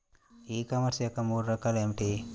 ఈ కామర్స్ యొక్క మూడు రకాలు ఏమిటి?